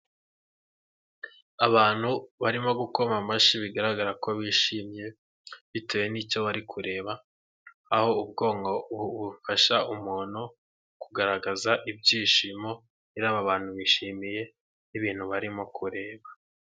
Abantu barimo gukoma amashyi bigaragara ko bishimye bitewe n'icyo bari kureba aho ubwonko bufasha umuntu kugaragaza ibyishimo, rero aba bantu bishimiye ibintu barimo kureba.